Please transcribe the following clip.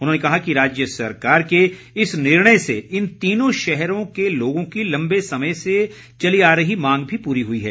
उन्होंने कहा कि राज्य सरकार के इस निर्णय से इन तीनों शहरों के लोगों की लम्बे समय से चल रही मांग भी पूरी हुई है